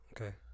Okay